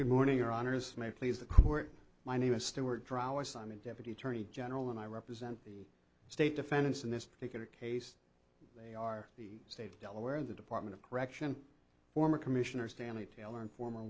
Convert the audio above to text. good morning your honour's may please the court my name is stuart draw our simon deputy attorney general and i represent the state defendants in this particular case they are the state of delaware the department of correction former commissioner stanley taylor and former